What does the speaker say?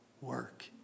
work